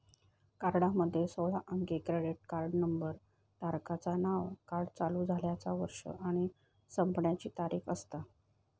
कार्डामध्ये सोळा अंकी क्रेडिट कार्ड नंबर, धारकाचा नाव, कार्ड चालू झाल्याचा वर्ष आणि संपण्याची तारीख असता